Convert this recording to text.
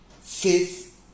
faith